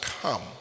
come